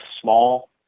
small